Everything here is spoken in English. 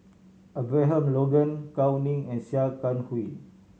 Abraham Logan Gao Ning and Sia Kah Hui